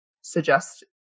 suggest